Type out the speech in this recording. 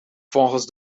volgens